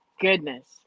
goodness